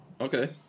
Okay